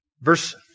Verse